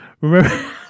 remember